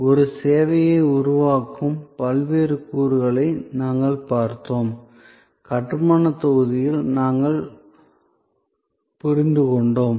ஒரு சேவையை உருவாக்கும் பல்வேறு கூறுகளை நாங்கள் பார்த்தோம் கட்டுமானத் தொகுதிகளை நாங்கள் புரிந்து கொண்டோம்